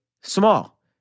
small